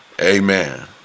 Amen